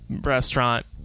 restaurant